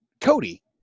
Cody